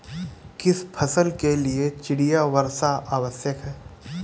किस फसल के लिए चिड़िया वर्षा आवश्यक है?